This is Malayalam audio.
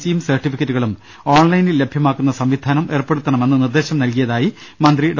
സി യും സർട്ടിഫിക്കറ്റുക ളും ഓൺലൈനിൽ ലഭ്യമാക്കുന്ന സംവിധാനം ഏർപ്പെടുത്തണ മെന്ന് നിർദ്ദേശം നൽകിയതായി മന്ത്രി ഡോ